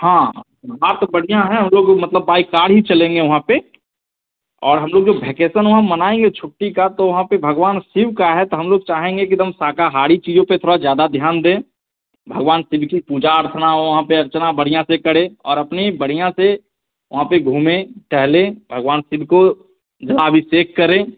हाँ बात तो बढ़िया हैं हम लोग मतलब बाई कार ही चलेंगे वहाँ पर और हम लोग जो भेकेशन वहाँ मनाएँगे छुट्टी का तो वहाँ पर भगवान शिव का है तो हम लोग चाहेंगे कि एक दम साकाहारी चीज़ों पर थोड़ा ज़्यादा ध्यान दें भगवान शिव की पूजा अर्चना हो वहाँ पर अर्चना बढ़िया से करें और अपनी बढ़िया से वहाँ पर घूमें टहलें भगवान शिव को जलाभिषेक करें